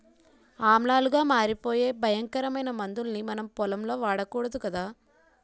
ఆమ్లాలుగా మారిపోయే భయంకరమైన మందుల్ని మనం పొలంలో వాడకూడదు కదా